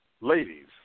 Ladies